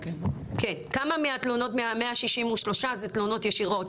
כן, כמה מהתלונות, מה-163 זה תלונות ישירות?